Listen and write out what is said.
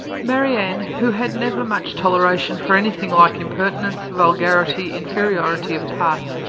marianne, who had never much toleration for any thing like impertinence, vulgarity, inferiority of parts,